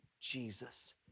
Jesus